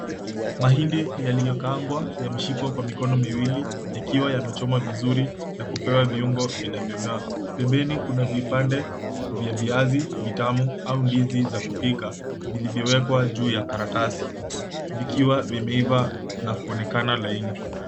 Mahindi yaliyokaangwa yameshikwa kwa mikono miwili ikiwa yamechoma vizuri na kupewa viungo vinavyong'aa. Pembeni kuna vipande vya viazi vitamu au ndizi za kupika vilivyowekwa juu ya karatasi vikiwa vimeiva na kuonekana laini.